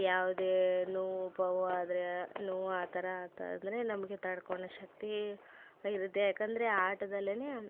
ಯಾವುದೇ ನೋವು ಪೋವು ಆದರೆ ನೋವು ಆ ಥರ ಆಯ್ತಂದ್ರೆ ನಮಗೆ ತಡ್ಕೊಳೋ ಶಕ್ತಿ ಇರುತ್ತೆ ಯಾಕಂದರೆ ಆಟದಲ್ಲೇ